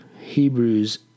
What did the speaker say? Hebrews